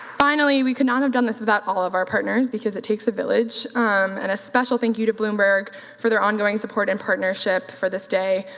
finally, we could not have done this without all of our partners because it takes a village and a special thank you bloomberg for their ongoing support and partnership for this day.